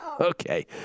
Okay